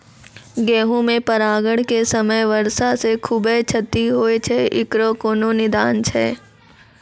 गेहूँ मे परागण के समय वर्षा से खुबे क्षति होय छैय इकरो कोनो निदान छै?